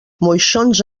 moixons